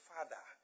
Father